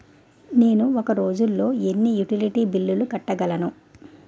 నేను ఒక రోజుల్లో ఎన్ని యుటిలిటీ బిల్లు కట్టగలను?